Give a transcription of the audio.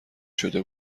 شده